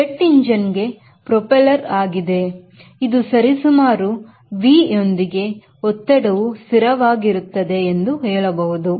jet engine ಗೆ propeller ಆಗಿದೆ ಇದು ಸರಿಸುಮಾರು ನೀವು V ಯೊಂದಿಗೆ ಒತ್ತಡವು ಸ್ಥಿರವಾಗಿರುತ್ತದೆ ಎಂದು ಹೇಳಬಹುದು